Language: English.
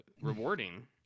rewarding